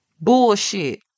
bullshit